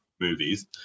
movies